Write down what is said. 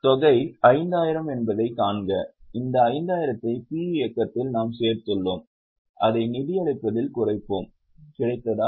தொகை 5000 என்பதைக் காண்க அந்த 5000 ஐ P இயக்கத்தில் நாம் சேர்த்துள்ளோம் அதை நிதியளிப்பில் குறைப்போம் கிடைத்ததா